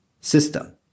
system